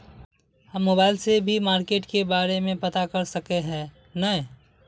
हम मोबाईल से भी मार्केट के बारे में पता कर सके है नय?